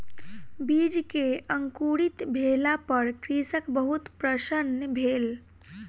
बीज के अंकुरित भेला पर कृषक बहुत प्रसन्न भेल